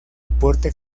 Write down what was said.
aporte